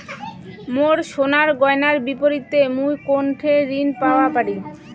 মোর সোনার গয়নার বিপরীতে মুই কোনঠে ঋণ পাওয়া পারি?